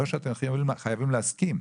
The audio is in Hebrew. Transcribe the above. לא שאתם חייבים להסכים.